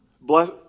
Bless